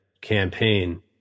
campaign